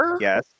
yes